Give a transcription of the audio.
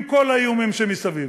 עם כל האיומים שמסביב.